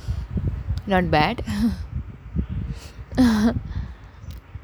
not bad